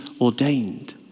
ordained